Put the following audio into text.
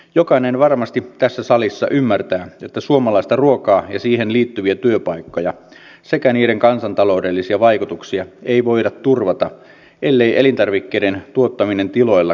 jokainen varmasti tässä salissa ymmärtää että suomalaista ruokaa ja siihen liittyviä työpaikkoja sekä niiden kansantaloudellisia vaikutuksia ei voida turvata ellei elintarvikkeiden tuottaminen tiloilla kannata